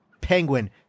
Penguin